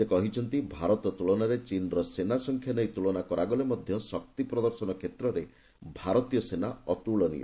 ସେ କହିଛନ୍ତି ଭାରତ ତୁଳନାରେ ଚୀନର ସେନା ସଂଖ୍ୟା ନେଇ ତୁଳନା କରାଗଲେ ମଧ୍ୟ ଶକ୍ତି ପ୍ରଦର୍ଶନ କ୍ଷେତ୍ରରେ ଭାରତୀୟ ସେନା ଅତୁଳନୀୟ